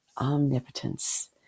omnipotence